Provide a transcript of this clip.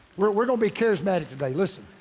we're we're gonna be charismatic today. listen.